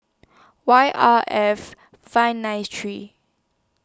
Y R F five nine three